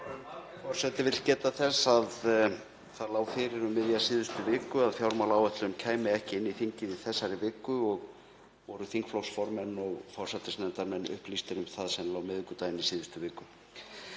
Forseti vill geta þess að það lá fyrir um miðja síðustu viku að fjármálaáætlun kæmi ekki inn í þingið í þessari viku og voru þingflokksformenn og forsætisnefndarmenn upplýstir um það, sennilega á miðvikudaginn í síðustu viku.